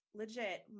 legit